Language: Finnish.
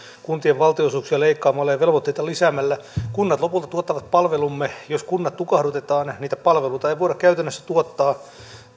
kuntien valtionosuuksia leikkaamalla ja velvoitteita lisäämällä kunnat lopulta tuottavat palvelumme jos kunnat tukahdutetaan niitä palveluita ei voida käytännössä tuottaa